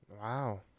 Wow